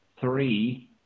three